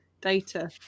data